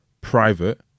private